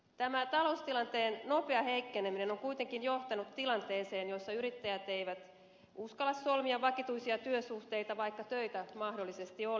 tämä taloustilanteen nopea heikkeneminen on kuitenkin johtanut tilanteeseen jossa yrittäjät eivät uskalla solmia vakituisia työsuhteita vaikka töitä mahdollisesti olisikin